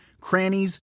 crannies